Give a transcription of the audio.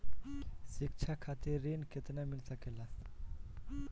शिक्षा खातिर ऋण केतना मिल सकेला?